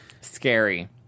Scary